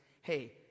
hey